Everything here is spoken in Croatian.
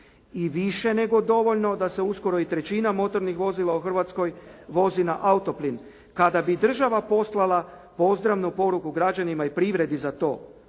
i više nego dovoljno da se uskoro i trećina motornih vozila u Hrvatskoj vozi na autoplin. Kada bi država poslala pozdravnu poruku građanima i privredi za to